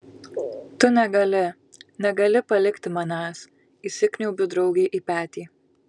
tu negali negali palikti manęs įsikniaubiu draugei į petį